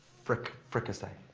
fri fricasse.